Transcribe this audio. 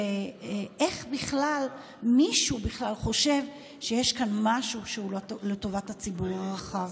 איך מישהו בכלל חושב שיש כאן משהו שהוא לטובת הציבור הרחב?